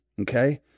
okay